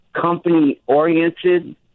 company-oriented